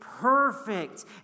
perfect